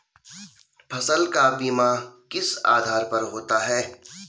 फसल का बीमा किस आधार पर होता है?